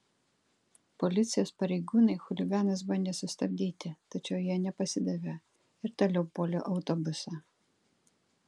policijos pareigūnai chuliganus bandė sustabdyti tačiau jie nepasidavė ir toliau puolė autobusą